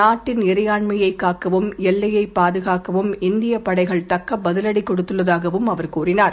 நாட்டின்இறையாண்மையைகாக்கவும் எல்லையைபாதுகாக்கவும்இந்தியப்படைகள்தக்கபதிலடி கொடுத்துள்ளதாகவும்அவர்தெரிவித்தார்